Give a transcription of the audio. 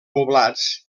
poblats